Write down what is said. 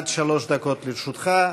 עד שלוש דקות לרשותך.